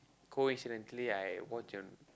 coincidentally I watch a